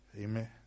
amen